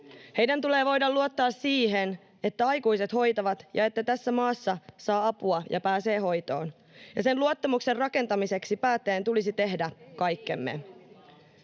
Heidän tulee voida luottaa siihen, että aikuiset hoitavat ja että tässä maassa saa apua ja pääsee hoitoon, ja sen luottamuksen rakentamiseksi meidän päättäjien tulisi tehdä kaikkemme.